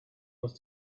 was